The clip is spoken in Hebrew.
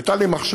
הייתה לי מחשבה,